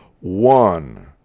One